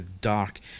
dark